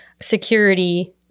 security